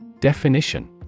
Definition